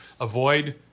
avoid